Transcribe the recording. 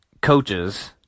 Coaches